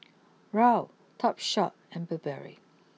Raoul Topshop and Burberry